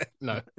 no